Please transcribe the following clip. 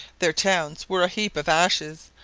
their towns were a heap of ashes,